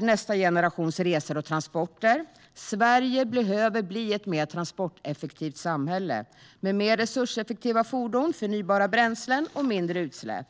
Nästa generations resor och transporter. Sverige behöver bli ett mer transporteffektivt samhälle med mer resurseffektiva fordon, förnybara bränslen och mindre utsläpp.